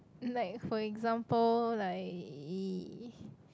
like for example like